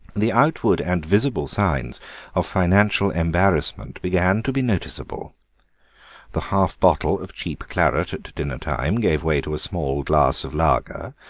the outward and visible signs of financial embarrassment began to be noticeable the half-bottle of cheap claret at dinner-time gave way to a small glass of lager,